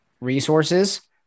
resources